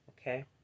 okay